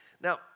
Now